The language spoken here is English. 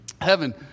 Heaven